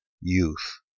youth